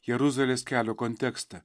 jeruzalės kelio kontekste